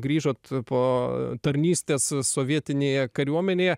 grįžot po tarnystės sovietinėje kariuomenėje